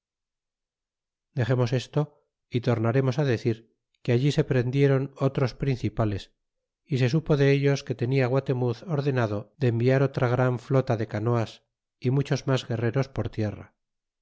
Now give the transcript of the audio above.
dexemos esto y tornaremos decir que allí se prendieron otros principales y se supo dellos que tenia guatemuz or denado de enviar otra gran flota de canoas y muchos mas guerreros por tierra